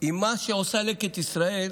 אם מה שעושה לקט ישראל,